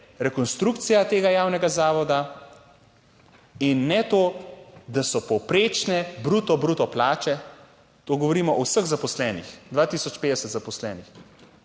rekonstrukcija tega javnega zavoda. In ne to, da so povprečne bruto bruto plače, to govorimo o vseh zaposlenih 2050 zaposlenih